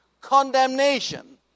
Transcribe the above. condemnation